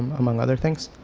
among other things,